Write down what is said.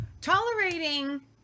tolerating